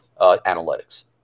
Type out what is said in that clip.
analytics